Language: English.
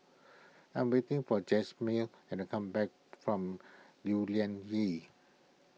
I am waiting for Jasmin and come back from Lew Lian Vale